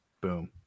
Boom